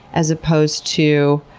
as opposed to,